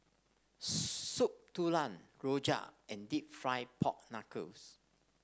Soup Tulang Rojak and deep fried Pork Knuckle